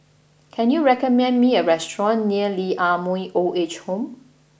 can you recommend me a restaurant near Lee Ah Mooi Old Age Home